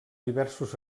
diversos